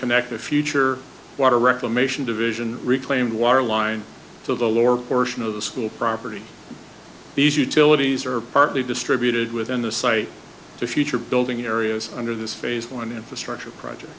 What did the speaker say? connect to future water reclamation division reclaimed water line to the lower portion of the school property these utilities are partly distributed within the site to future building areas under this phase one infrastructure project